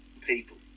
people